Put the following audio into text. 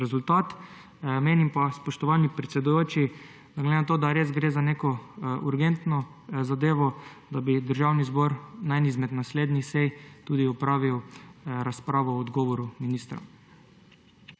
rezultat. Menim pa, spoštovani predsedujoči, glede na to, da res gre za urgentno zadevo, da bi Državni zbor na eni izmed naslednjih sej opravil razpravo o odgovoru ministra.